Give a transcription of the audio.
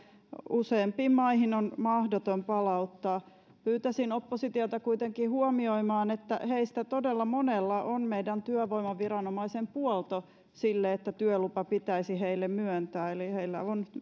useampiin maihin on mahdoton palauttaa pyytäisin oppositiota kuitenkin huomioimaan että heistä todella monella on meidän työvoimaviranomaisen puolto sille että työlupa pitäisi heille myöntää eli heillä on